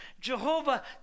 Jehovah